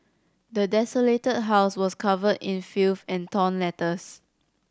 the desolated house was covered in filth and torn letters